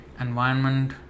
environment